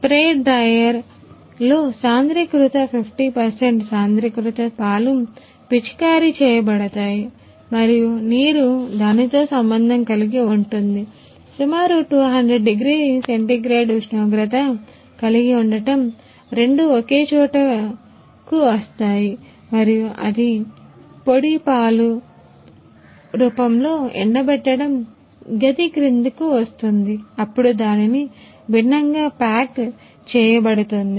spray డ్రైయర్లో సాంద్రీకృత 50 శాతం సాంద్రీకృత పాలు పిచికారీ చేయబడతాయి మరియు నీరు దానితో సంబంధం కలిగి ఉంటుంది సుమారు 200 డిగ్రీల సెంటీగ్రేడ్ ఉష్ణోగ్రత కలిగి ఉండటం రెండూ ఒకే చోట కు వస్తాయి మరియు అది పొడి పాలు పొడి రూపంలో ఎండబెట్టడం గది క్రింద కు వస్తుంది అప్పుడు దానిని భిన్నంగా ప్యాక్ చేయబడుతుంది